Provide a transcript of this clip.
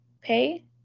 pay